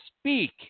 speak